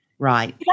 Right